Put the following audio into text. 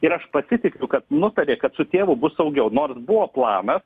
ir aš pasitikiu kad nutarė kad su tėvu bus saugiau nors buvo planas